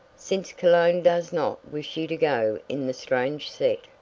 since cologne does not wish you to go in the strange set,